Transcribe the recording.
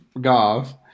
golf